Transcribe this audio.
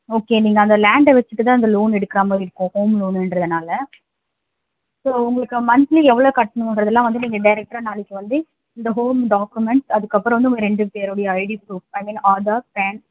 okay நீங்கள் அந்த லேண்டை வெச்சுட்டு தான் இந்த லோன் எடுக்குற மாதிரி இருக்கும் ஹோம் லோனுன்றதுனால் ஸோ உங்களுக்கு மந்த்லி எவ்வளோ கட்டணுங்குறதுலாம் வந்து நீங்கள் டைரக்ட்டா நாளைக்கு வந்து இந்த ஹோம் டாக்குமெண்ட் அதுக்கப்புறம் வந்து உங்கள் ரெண்டு பேருடைய ID proof I mean Aadhaar pan